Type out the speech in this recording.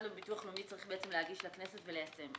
לביטוח הלאומי צריך להגיש לכנסת וליישם.